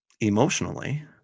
emotionally